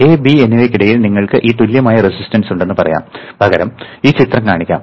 A B എന്നിവയ്ക്കിടയിൽ നിങ്ങൾക്ക് ഈ തുല്യമായ റെസിസ്റ്റൻസ് ഉണ്ടെന്ന് പറയാം പകരം ഈ ചിത്രം കാണിക്കാം